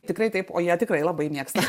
tikrai taip o jie tikrai labai mėgsta